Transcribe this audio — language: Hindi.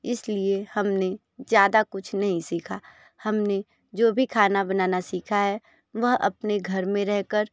इसलिए हमने ज़्यादा कुछ नहीं सीखा हमने जो भी खाना बनाना सीखा है वह अपने घर में रहकर